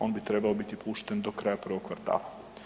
On bi trebao biti pušten do kraja prvog kvartala.